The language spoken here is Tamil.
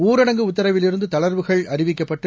ஊரடங்கு உத்தரவிலிருந்துதளா்வுகள் அறிவிக்கப்பட்டு